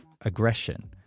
aggression